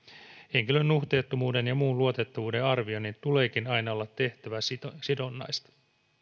henkilön nuhteettomuuden ja muun luotettavuuden arvioinnin tuleekin aina olla tehtäväsidonnaista